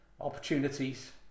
opportunities